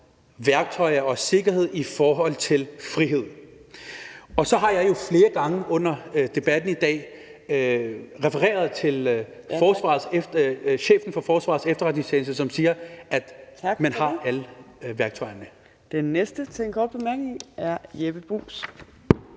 værktøjer og sikkerhed i forhold til frihed. Og så har jeg jo flere gange under debatten i dag refereret til chefen for Forsvarets Efterretningstjeneste, som siger, at man har alle værktøjerne. Kl. 18:51 Fjerde næstformand (Trine